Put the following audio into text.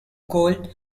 goal